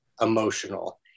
emotional